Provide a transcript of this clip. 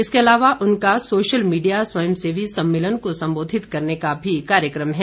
इसके अलावा उनका सोशल मीडिया स्वयं सेवी सम्मेलन को संबोधित करने का भी कार्यक्रम है